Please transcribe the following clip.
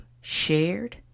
shared